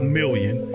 million